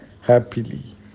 happily